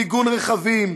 מיגון רכבים,